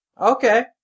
Okay